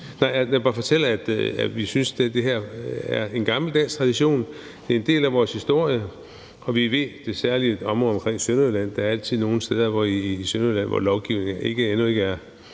her, men bare fortælle, at vi synes, at det her er en gammel dansk tradition. Det er en del af vores historie. Vi ved, at der altid er nogle steder, særlig Sønderjylland, hvor lovgivningen endnu ikke er